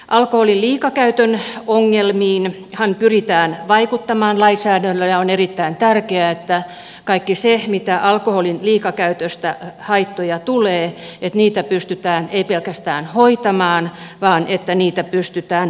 alkoholin liikakäytön ongelmiinhan pyritään vaikuttamaan lainsäädännöllä ja on erittäin tärkeää että kaikkia haittoja mitä alkoholin liikakäytöstä tulee pystytään ei pelkästään hoitamaan vaan niitä pystytään ennalta ehkäisemään